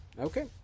Okay